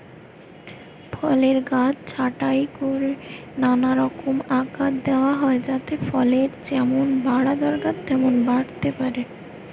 ফলের গাছ ছাঁটাই কোরে নানা রকম আকার দিয়া হয় যাতে ফলের যেমন বাড়া দরকার তেমন বাড়তে পারে